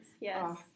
yes